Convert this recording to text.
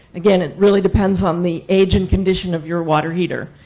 again, it really depends on the age and condition of your water heater.